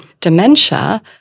dementia